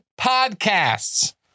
Podcasts